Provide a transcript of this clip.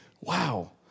wow